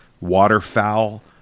waterfowl